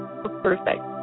perfect